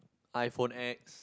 iPhone X